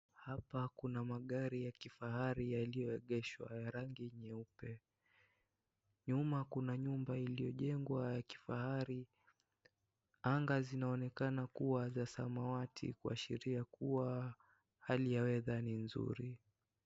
Hapa kuna magari ya kifahari yaliyogeshwa, ya rangi nyeupe. Nyuma kuna nyumba iliojengwa ya kifahari. Anga zinaonekana kuwa za samawati kuashiria hali ya weather ni nzuri.